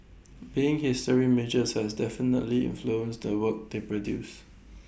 being history majors has definitely influenced the work they produce